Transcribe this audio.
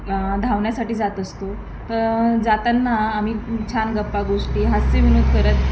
धावण्यासाठी जात असतो तर जातांना आम्ही छान गप्पा गोष्टी हास्य विनोद करत